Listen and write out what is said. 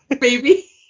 Baby